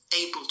able